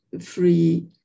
free